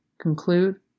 conclude